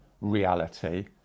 reality